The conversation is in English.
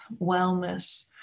wellness